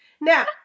Now